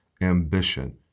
ambition